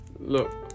Look